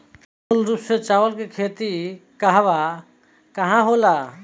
मूल रूप से चावल के खेती कहवा कहा होला?